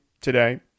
today